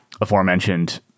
aforementioned